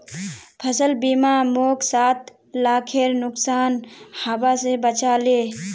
फसल बीमा मोक सात लाखेर नुकसान हबा स बचा ले